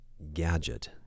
gadget